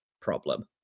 problem